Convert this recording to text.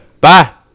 Bye